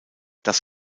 das